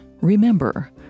remember